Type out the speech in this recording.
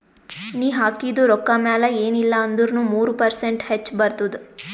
ನೀ ಹಾಕಿದು ರೊಕ್ಕಾ ಮ್ಯಾಲ ಎನ್ ಇಲ್ಲಾ ಅಂದುರ್ನು ಮೂರು ಪರ್ಸೆಂಟ್ರೆ ಹೆಚ್ ಬರ್ತುದ